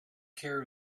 care